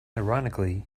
ironically